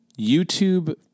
YouTube